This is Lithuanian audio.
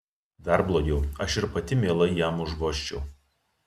dar blogiau aš ir pati mielai jam užvožčiau